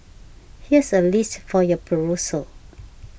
here's a list for your perusal